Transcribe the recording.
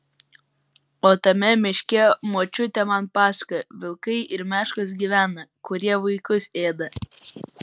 o tame miške močiutė man pasakojo vilkai ir meškos gyvena kurie vaikus ėda